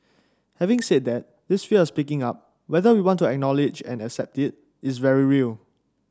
having said that this fear of speaking up whether we want to acknowledge and accept it is very real